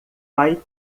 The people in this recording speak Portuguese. pai